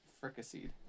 fricasseed